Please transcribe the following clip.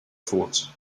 thought